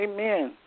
Amen